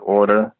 order